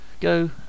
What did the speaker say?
go